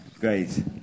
great